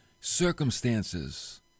circumstances